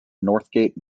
northgate